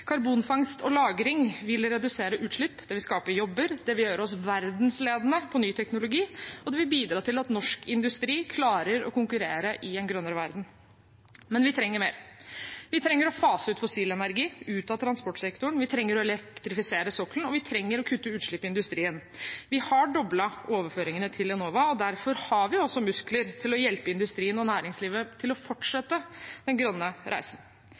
Karbonfangst og -lagring vil redusere utslipp, det vil skape jobber, det vil gjøre oss verdensledende på ny teknologi, og det vil bidra til at norsk industri klarer å konkurrere i en grønnere verden. Men vi trenger mer. Vi trenger å fase fossil energi ut av transportsektoren, vi trenger å elektrifisere sokkelen, og vi trenger å kutte utslipp i industrien. Vi har doblet overføringene til Enova, og derfor har vi også muskler til å hjelpe industrien og næringslivet til å fortsette den grønne reisen.